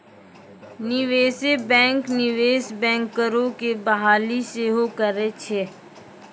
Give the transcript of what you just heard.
निवेशे बैंक, निवेश बैंकरो के बहाली सेहो करै छै